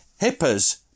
Hipper's